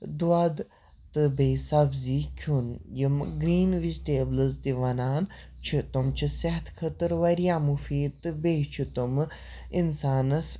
دۄدھ تہٕ بیٚیہِ سبزی کھیٚون یِم گریٖن وِجٹیبلٕز تہِ وَنان چھِ تِم چھِ صحتہٕ خٲطرٕ واریاہ مُفیٖد تہٕ بیٚیہِ چھِ تِم اِنسانَس